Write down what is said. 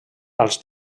als